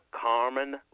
Carmen